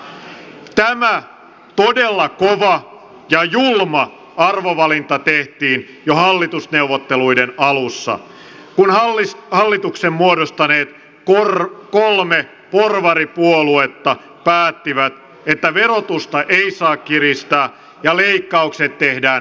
tämä todella kova ja julma arvovalinta tehtiin jo hallitusneuvotteluiden alussa kun hallituksen muodostaneet kolme porvaripuoluetta päättivät että verotusta ei saa kiristää ja leikkaukset tehdään ylisuurina